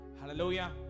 hallelujah